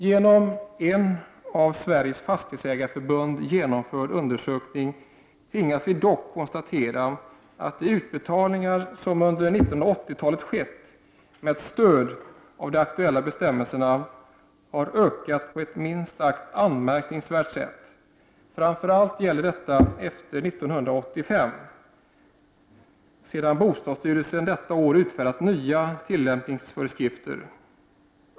Genom en av Sveriges Fastighetsägareförbund genomförd undersökning tvingas vi dock konstatera att de utbetalningar som under 1980-talet skett med stöd av de aktuella bestämmelserna har ökat på ett minst sagt anmärkningsvärt sätt. Framför allt gäller detta sedan år 1985, sedan bostadsstyrelsen detta år utfärdat nya tillämpningsföreskrifter.